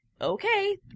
okay